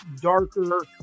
darker